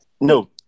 No